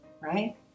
right